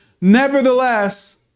Nevertheless